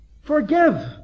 Forgive